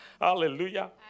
Hallelujah